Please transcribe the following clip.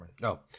No